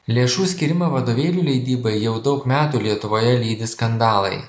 lėšų skyrimą vadovėlių leidybai jau daug metų lietuvoje lydi skandalai